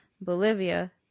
Bolivia